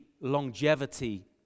longevity